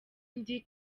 ndi